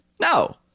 No